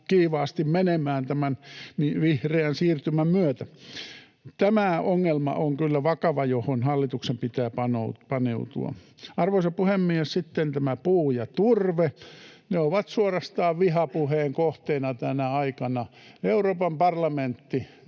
kiivaasti menemään tämän vihreän siirtymän myötä. Tämä on kyllä vakava ongelma, johon hallituksen pitää paneutua. Arvoisa puhemies! Sitten puu ja turve, ne ovat suorastaan vihapuheen kohteena tänä aikana. Euroopan parlamentti